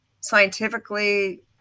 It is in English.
scientifically